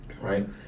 Right